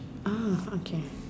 ah okay